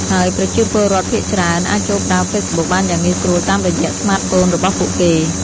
ហើយប្រជាពលរដ្ឋភាគច្រើនអាចចូលប្រើ Facebook បានយ៉ាងងាយស្រួលតាមរយៈស្មាតហ្វូនរបស់ពួកគេ។